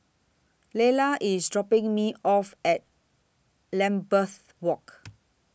Leyla IS dropping Me off At Lambeth Walk